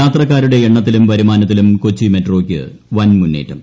യാത്രക്കാരുടെ എണ്ണത്തിലും വൃരുമ്യാനത്തിലും കൊച്ചി മെട്രോയ്ക്ക് വൻമുന്നേറ്റും